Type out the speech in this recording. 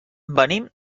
venim